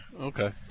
Okay